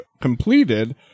completed